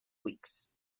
weeks